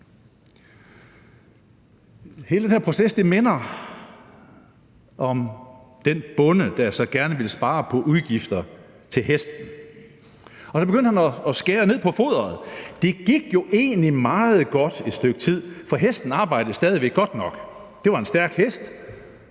Hele den her proces minder om den bonde, der så gerne ville spare på udgifter til hesten. Så begyndte han at skære ned på foderet. Det gik jo egentlig meget godt i et stykke tid, for hestene arbejdede stadig væk godt nok. Det var en stærk hest,